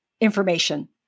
information